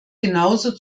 genauso